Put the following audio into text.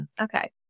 Okay